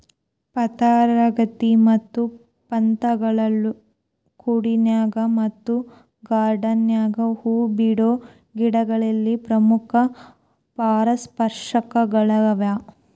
ಪಾತರಗಿತ್ತಿ ಮತ್ತ ಪತಂಗಗಳು ಕಾಡಿನ್ಯಾಗ ಮತ್ತ ಗಾರ್ಡಾನ್ ನ್ಯಾಗ ಹೂ ಬಿಡೋ ಗಿಡಗಳಿಗೆ ಪ್ರಮುಖ ಪರಾಗಸ್ಪರ್ಶಕಗಳ್ಯಾವ